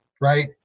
right